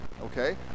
okay